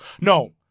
no